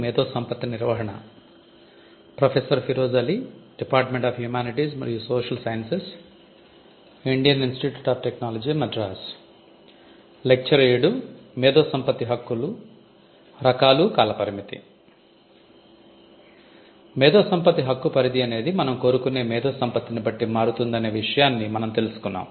మేధో సంపత్తి హక్కు పరిధి అనేది మనం కోరుకునే మేధో సంపత్తిని బట్టి మారుతుందనే విషయాన్ని మనం తెలుసుకున్నాం